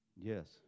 yes